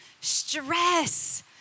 stress